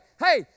hey